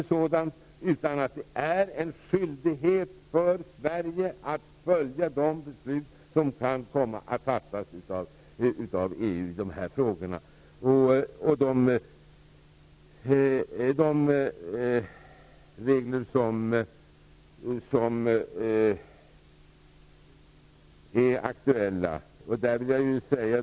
I stället är det en skyldighet för Sverige att följa de beslut som kan komma att fattas av EU i de här frågorna. Det gäller också de regler som är aktuella.